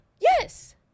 Yes